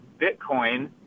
Bitcoin